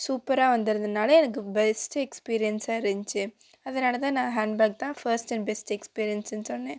சூப்பராக வந்ததுனால் எனக்கு பெஸ்ட் எக்ஸ்பீரியன்ஸ்ஸாக இருந்திச்சு அதுனால் தான் நான் ஹேண்ட் பேக் தான் ஃபஸ்ட் அண்ட் பெஸ்ட் எக்ஸ்பீரியன்ஸ்ஸுன் சொன்னேன்